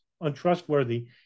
untrustworthy